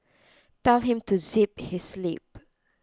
tell him to zip his lip